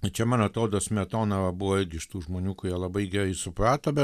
tai čia man atrodo smetona buvo irgi iš tų žmonių kurie labai gerai suprato bet